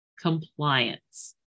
compliance